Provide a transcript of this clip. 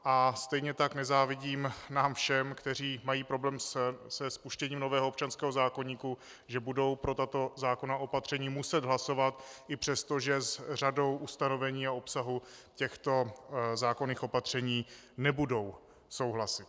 A stejně tak nezávidím nám všem, kteří mají problém se spuštěním nového občanského zákoníku, že budou muset pro tato zákonná opatření hlasovat i přesto, že s řadou ustanovení a obsahu těchto zákonných opatření nebudou souhlasit.